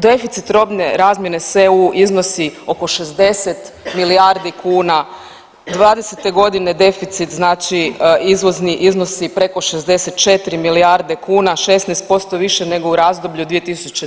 Deficit robne razmjene s EU iznosi oko 60 milijardi kuna. '20. godine deficit znači izvozni iznosi preko 64 milijarde kuna, 16% više nego u razdoblju od 2020., znači